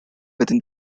within